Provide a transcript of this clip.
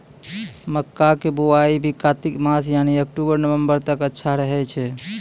मक्का के बुआई भी कातिक मास यानी अक्टूबर नवंबर तक अच्छा रहय छै